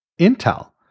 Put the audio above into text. Intel